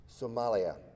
Somalia